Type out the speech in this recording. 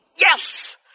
yes